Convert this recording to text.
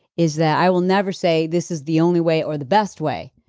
is that i will never say this is the only way or the best way.